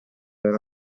della